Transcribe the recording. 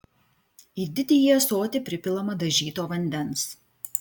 į didįjį ąsotį pripilama dažyto vandens